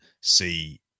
see